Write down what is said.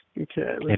Okay